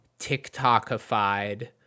TikTokified